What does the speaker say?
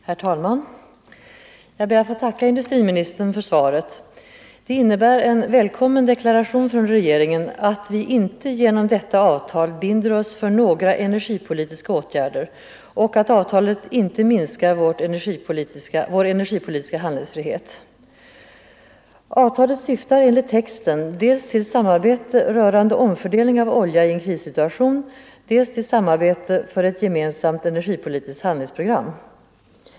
Herr talman! Jag ber att få tacka industriministern för svaret. Det innebär en välkommen deklaration från regeringen att vi inte genom detta avtal binder oss för några energipolitiska åtgärder och att avtalet inte minskar vår energipolitiska handlingsfrihet. Avtalet syftar enligt texten dels till samarbete rörande omfördelning av olja i en krissituation, dels till samarbete för ett gemensamt energipolitiskt handlingsprogram.